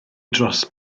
dros